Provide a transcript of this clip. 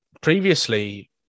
previously